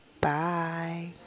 bye